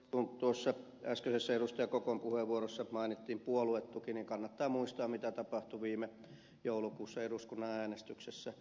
kun tuossa äskeisessä edustaja kokon puheenvuorossa mainittiin puoluetuki niin kannattaa muistaa mitä tapahtui viime joulukuussa eduskunnan äänestyksessä